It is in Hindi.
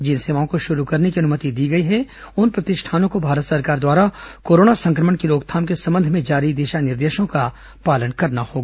जिन सेवाओं को शुरू करने की अनुमति दी गई है उन प्रतिष्ठानों को भारत सरकार द्वारा कोरोना संक्रमण की रोकथाम के संबंध में जारी दिशा निर्देशों का पालन करना होगा